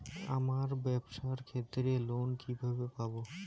আমার ব্যবসার ক্ষেত্রে লোন কিভাবে পাব?